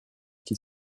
est